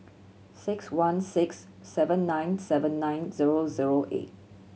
six one six seven nine seven nine zero zero eight